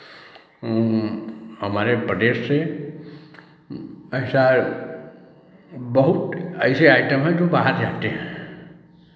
हमारे प्रदेश से ऐसा बहुत ऐसे आइटम हैं जो बाहर जाते हैं